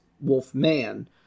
wolf-man